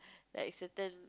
like certain